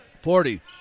Forty